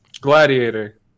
Gladiator